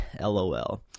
lol